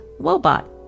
Wobot